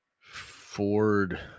Ford